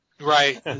Right